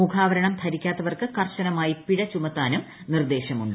മുഖാവരണ്ടു ധരിക്കാത്തവർക്ക് കർശനമായി പിഴ ചുമത്താനും നിർദ്ദേശ്രമുണ്ട്